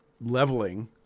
leveling